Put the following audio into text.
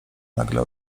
nagle